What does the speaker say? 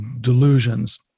delusions